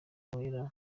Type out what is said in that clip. wera